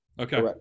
okay